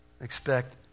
expect